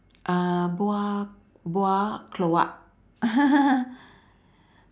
uh buah buah keluak